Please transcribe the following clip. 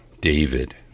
David